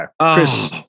Chris